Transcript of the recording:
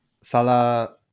Salah